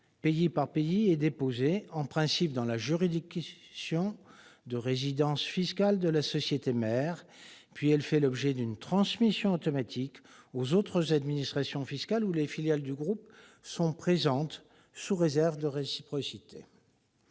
pays par pays, est déposée, en principe dans la juridiction de résidence fiscale de la société mère. Elle fait ensuite l'objet d'une transmission automatique aux administrations fiscales des pays dans lesquels les filiales du groupe sont présentes, sous réserve de réciprocité.